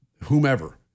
whomever